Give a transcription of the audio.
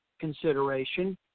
consideration